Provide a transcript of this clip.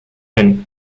and